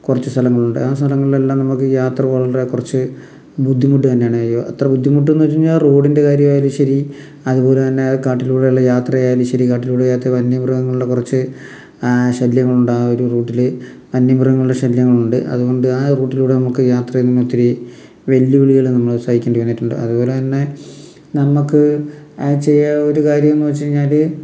കുറച്ച് സ്ഥലങ്ങളുണ്ട് ആ സ്ഥലങ്ങളിൽ എല്ലാം നമുക്ക് യാത്ര വളരെ കുറച്ച് ബുദ്ധിമുട്ട് തന്നെയാണ് അത്ര ബുദ്ധിമുട്ടെന്ന് വെച്ച് കഴിഞ്ഞാൽ റോഡിന്റെ കാര്യമായാലും ശരി അതുപോലെ തന്നെ കാട്ടിലൂടെയുള്ള യാത്രയായാലും ശരി കാട്ടിലൂടെ വന്യ മൃഗങ്ങളുള്ള കുറച്ച് ശല്യങ്ങളുണ്ട് ആ ഒരു റൂട്ടിൽ വന്യമൃഗങ്ങളുള്ള ശല്യങ്ങളുണ്ട് അതുകൊണ്ട് ആ റൂട്ടിലൂടെ നമുക്ക് യാത്ര ചെയ്യണത് ഇത്തിരി വെല്ലുവിളികൾ നമ്മൾ സഹിക്കേണ്ടി വന്നിട്ടുണ്ട് അതുപോലെ തന്നെ നമുക്ക് ചെയ്യാവുന്ന ഒരു കാര്യം എന്ന് വെച്ച് കഴിഞ്ഞാൽ